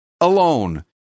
alone